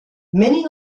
many